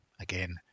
again